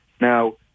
Now